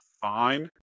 fine